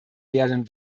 werden